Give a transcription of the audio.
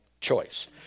choice